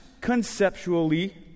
conceptually